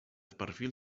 perfil